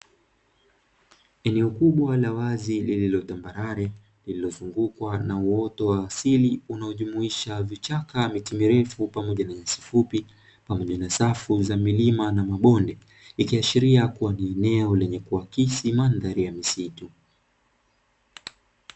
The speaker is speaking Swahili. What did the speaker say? Eneo kubwa la wazi lililo tambarare lililozungukwa na uoto wa asili unaojumuisha vichaka, miti mirefu pamoja na nyasi fupi, pamoja na safu za milima na mabonde yakiashiria kuwa ni eneo lenye kuakisi mandhari ya misitu.